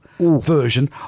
Version